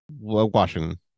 Washington